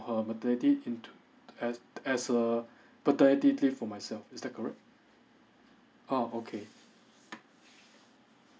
her maternity into as as a paternity leave for myself is that correct oh okay